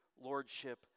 lordship